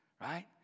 right